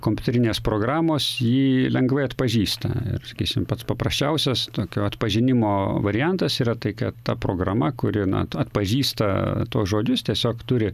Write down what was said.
kompiuterinės programos jį lengvai atpažįsta sakysim pats paprasčiausias tokio atpažinimo variantas yra tai kad ta programa kuri na at atpažįsta tuos žodžius tiesiog turi